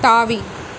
தாவி